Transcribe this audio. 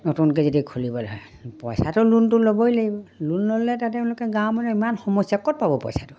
নতুনকৈ যদি খুলিবলৈ হয় পইচাটো লোনটো ল'বই লাগিব লোন ল'লে তাতে তেওঁলোকে গাঁৱৰ মানুহে ইমান সমস্যা ক'ত পাব পইচাটো